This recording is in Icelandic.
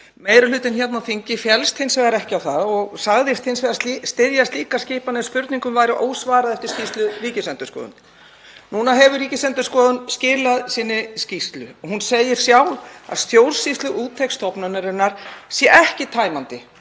Meiri hlutinn hérna á þingi féllst hins vegar ekki á það en sagðist styðja slíka skipun ef spurningum væri ósvarað eftir skýrslu ríkisendurskoðanda. Núna hefur Ríkisendurskoðun skilað sinni skýrslu og hún segir sjálf að stjórnsýsluúttekt stofnunarinnar sé ekki tæmandi